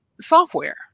software